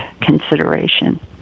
consideration